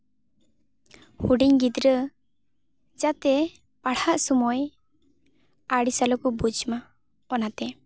ᱦᱩᱰᱤᱧ ᱜᱤᱫᱽᱨᱟᱹ ᱡᱟᱛᱮ ᱯᱟᱲᱦᱟᱜ ᱥᱚᱢᱚᱭ ᱟᱲᱤᱥ ᱟᱞᱚ ᱠᱚ ᱵᱩᱡᱽᱢᱟ ᱚᱱᱟᱛᱮ